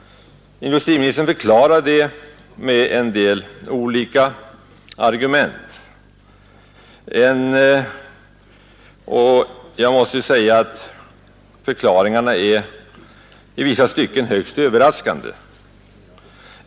Industriministern förklarar detta genom att anföra en rad olika argument. Jag måste säga att förklaringarna i vissa stycken är högst överraskande.